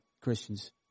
Christians